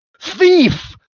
thief